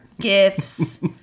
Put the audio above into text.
gifts